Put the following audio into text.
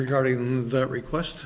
regarding that request